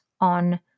on